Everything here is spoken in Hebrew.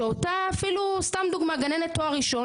שאותה אפילו סתם דוגמא גננת תואר ראשון,